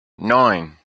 nine